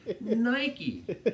Nike